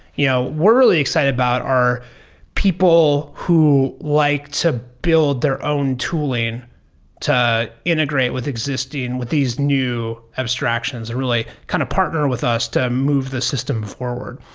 you know we're really excited about our people who like to build their own tooling to integrate with existing with these new abstractions, really kind of partner with us to move the system forward.